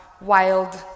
wild